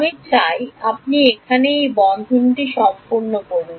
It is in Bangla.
আমি চাই আপনি এখানে এই বন্ধনীটি সম্পূর্ণ করুন